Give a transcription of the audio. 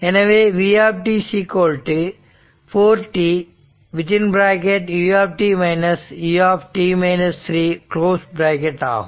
எனவே v 4t u u ஆகும்